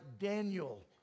Daniel